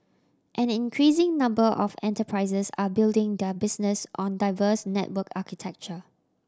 an increasing number of enterprises are building their business on diverse network architecture